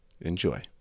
Enjoy